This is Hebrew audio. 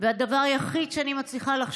הדבר היחיד שמחזיק אותי ערה זה הפחד להירדם.